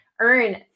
earn